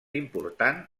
important